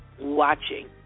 watching